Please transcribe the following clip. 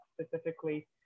specifically